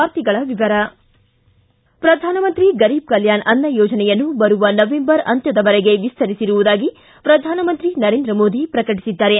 ವಾರ್ತೆಗಳ ವಿವರ ಪ್ರಧಾನಮಂತ್ರಿ ಗರೀಬ್ ಕಲ್ಕಾಣ ಅನ್ನ ಯೋಜನೆಯನ್ನು ಬರುವ ನವೆಂಬರ್ ಅಂತ್ವದವರೆಗೆ ವಿಸ್ತರಿಸಿರುವುದಾಗಿ ಪ್ರಧಾನಮಂತ್ರಿ ನರೇಂದ್ರ ಮೋದಿ ಪ್ರಕಟಿಸಿದ್ದಾರೆ